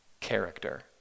character